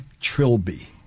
trilby